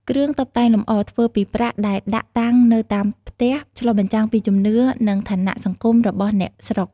គ្រឿងតុបតែងលម្អ ធ្វើពីប្រាក់ដែលដាក់តាំងនៅតាមផ្ទះ ឆ្លុះបញ្ចាំងពីជំនឿ និងឋានៈសង្គមរបស់អ្នកស្រុក។